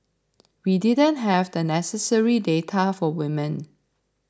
we didn't have the necessary data for women